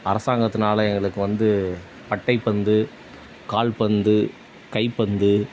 அரசாங்கத்தினால எங்களுக்கு வந்து மட்டைப்பந்து கால்பந்து கைப்பந்து